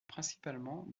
principalement